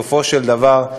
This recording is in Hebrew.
בסופו של דבר,